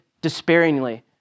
despairingly